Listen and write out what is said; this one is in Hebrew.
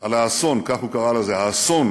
על האסון, כך הוא קרא לזה, האסון,